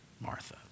Martha